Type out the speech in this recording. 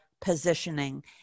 positioning